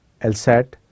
LSAT